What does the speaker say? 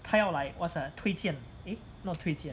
他要 like what's that 推荐 eh not 推荐